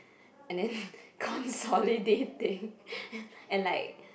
and then consolidating and like